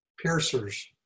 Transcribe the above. piercers